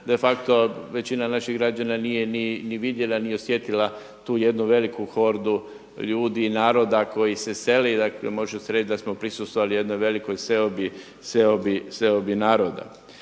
de facto većina naših građana nije ni vidjela ni osjetila tu jednu veliku hordu ljudi, naroda koji se seli. Dakle, može se reći da smo prisustvovali jednoj velikoj seobi, seobi